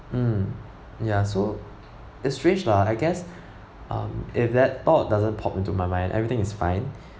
mm ya so it's strange lah I guess um if that thought doesn't pop into my mind everything is fine